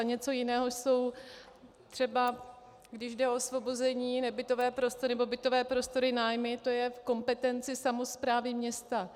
Něco jiného jsou třeba, když jde o osvobození, nebytové prostory nebo bytové prostory, nájmy, to je v kompetenci samosprávy města.